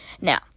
now